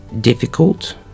difficult